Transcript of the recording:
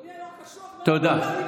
אדוני היו"ר --- תודה.